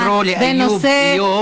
כשתתחילי לקרוא לאַיוּבּ אִיוֹב,